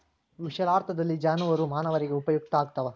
ವಿಶಾಲಾರ್ಥದಲ್ಲಿ ಜಾನುವಾರು ಮಾನವರಿಗೆ ಉಪಯುಕ್ತ ಆಗ್ತಾವ